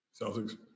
Celtics